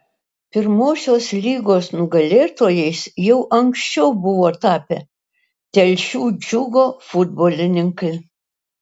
pirmosios lygos nugalėtojais jau anksčiau buvo tapę telšių džiugo futbolininkai